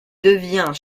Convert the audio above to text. devient